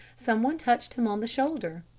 someone touched him on the shoulder.